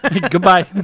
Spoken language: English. Goodbye